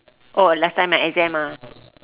oh last time my exam ah